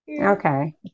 Okay